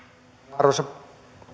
arvoisa